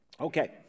Okay